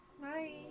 Bye